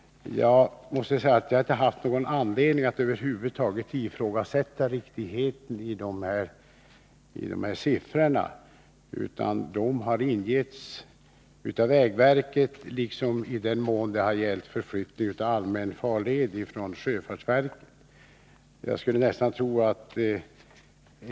Detta är de alternativ som regeringen har haft att pröva. Jag har inte haft någon anledning att ifrågasätta riktigheten av de här siffrorna. De har lämnats av vägverket och, i den mån det gällt flyttning av allmän farled, av sjöfartsverket.